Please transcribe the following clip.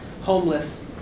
homeless